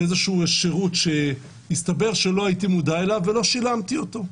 משירות שהסתבר שלא הייתי מודע אליו ולא שילמתי עליו.